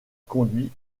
conduit